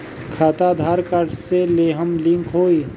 खाता आधार कार्ड से लेहम लिंक होई?